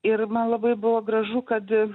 ir man labai buvo gražu kad